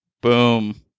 Boom